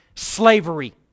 Slavery